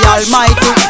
Almighty